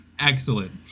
Excellent